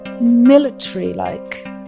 Military-like